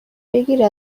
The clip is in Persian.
بگیر